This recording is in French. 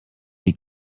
les